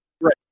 Right